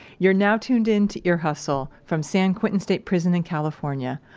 you're now tuned into ear hustle from san quentin state prison in california.